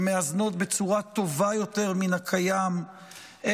שמאזנות בצורה טובה יותר מן הקיים גם